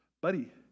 buddy